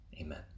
Amen